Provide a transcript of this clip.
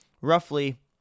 roughly